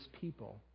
people